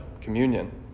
communion